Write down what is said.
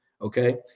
okay